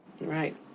Right